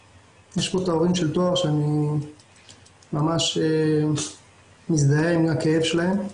נמצאים כאן ההורים של טוהר ואני ממש מזדהה עם הכאב שלהם.